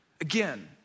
again